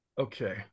Okay